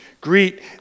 Greet